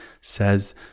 says